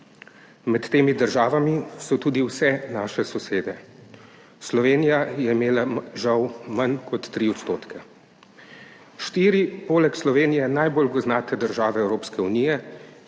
med temi državami so tudi vse naše sosede. Slovenija je imela, žal, manj kot 3 %. Štiri, poleg Slovenije najbolj gozdnate države Evropske unije,